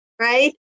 right